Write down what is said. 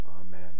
amen